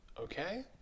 okay